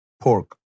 pork